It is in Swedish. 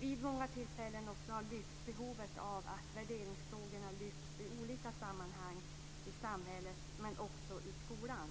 vid många tillfällen pekat på behovet av att värderingsfrågorna lyfts fram i olika sammanhang i samhället och också i skolan.